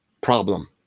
Problem